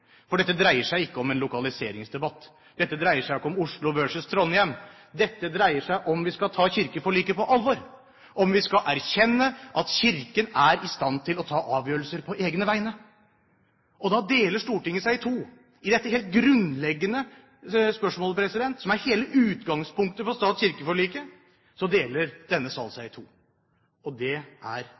for dette dreier seg ikke om en lokaliseringsdebatt. Dette dreier seg ikke om Oslo versus Trondheim. Dette dreier seg om hvorvidt vi skal ta kirkeforliket på alvor, om vi skal erkjenne at Kirken er i stand til å ta avgjørelser på egne vegne. Og da deler Stortinget seg i to. I dette helt grunnleggende spørsmålet, som er hele utgangspunktet for stat–kirke-forliket, deler denne salen seg i to. Det er